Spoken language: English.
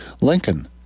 Lincoln